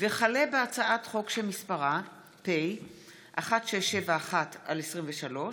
הצעת חוק הספקת החשמל (הוראת שעה) (תיקון,